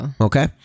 Okay